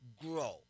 grow